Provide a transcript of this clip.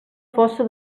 fossa